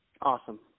Awesome